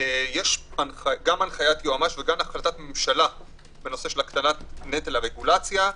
יש גם הנחיית יועמ"ש וגם החלטת ממשלה בנושא הגדלת נטל הרגולציה.